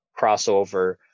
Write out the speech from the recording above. crossover